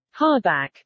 hardback